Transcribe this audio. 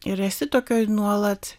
ir esi tokioj nuolat